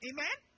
Amen